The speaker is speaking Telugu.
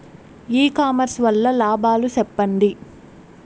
ఇ కామర్స్ వల్ల లాభాలు సెప్పండి?